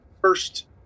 First